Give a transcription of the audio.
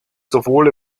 sowohl